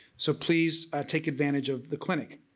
so please take advantage of the clinic.